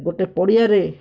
ଗୋଟେ ପଡ଼ିଆରେ